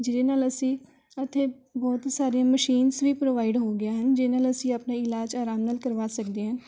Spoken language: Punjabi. ਜਿਹਦੇ ਨਾਲ ਅਸੀਂ ਇੱਥੇ ਬਹੁਤ ਸਾਰੀਆਂ ਮਸ਼ੀਨਜ਼ ਵੀ ਪ੍ਰੋਵਾਈਡ ਹੋ ਗਈਆਂ ਹਨ ਜਿਨ੍ਹਾਂ ਨਾਲ ਅਸੀਂ ਆਪਣੇ ਇਲਾਜ ਆਰਾਮ ਨਾਲ ਕਰਵਾ ਸਕਦੇ ਹਾਂ